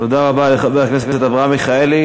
תודה רבה לחבר הכנסת אברהם מיכאלי.